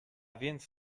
więc